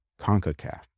CONCACAF